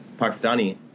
pakistani